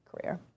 career